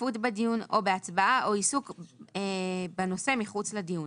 השתתפות בדיון או בהצבעה או עיסוק בנושא מחוץ לדיון,